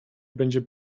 będzie